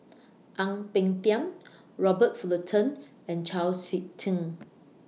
Ang Peng Tiam Robert Fullerton and Chau Sik Ting